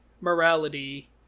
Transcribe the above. morality